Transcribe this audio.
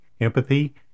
empathy